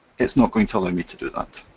it's not going to allow me to do that.